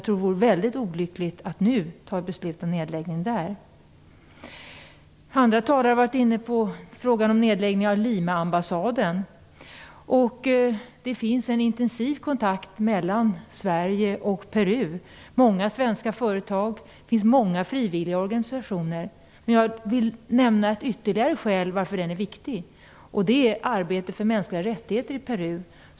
Det vore väldigt olyckligt att nu fatta beslut om nedläggning i Amman. Andra talare har varit inne på frågan om nedläggning av Limaambassaden. Det finns en intensiv kontakt mellan Sverige och Peru. Många svenska företag och många frivilliga organisationer har kontakter där. Men jag vill nämna ytterligare ett skäl till varför ambassaden i Lima är viktig, och det är arbetet för mänskliga rättigheter i Peru.